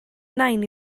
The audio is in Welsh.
nain